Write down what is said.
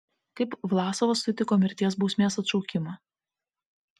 kaip vlasovas sutiko mirties bausmės atšaukimą